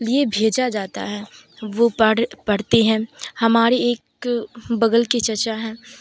لیے بھیجا جاتا ہے وہ پڑھ پڑھتے ہیں ہمارے ایک بغل کے چچا ہیں